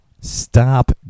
stop